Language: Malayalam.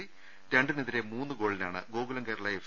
സി രണ്ടിനെതിരെ മൂന്ന് ഗോളിനാണ് ഗോകുലം കേരള എഫ്